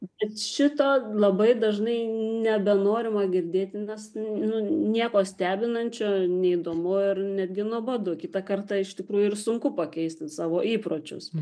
bet šito labai dažnai nebenorima girdėti nes nu nieko stebinančio neįdomu ir netgi nuobodu kitą kartą iš tikrųjų ir sunku pakeisti savo įpročius